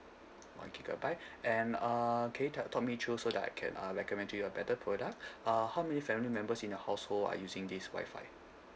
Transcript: one gigabyte and uh can you talk me through so that I can uh recommend to you a better product uh how many family members in your household are using this wifi